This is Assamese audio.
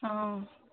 অঁ